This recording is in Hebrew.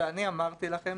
ואני אמרתי לכם